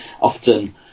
often